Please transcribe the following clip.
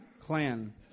clan